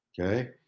Okay